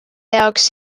jaoks